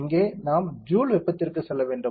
இங்கே நாம் ஜூல் வெப்பத்திற்கு செல்ல வேண்டும்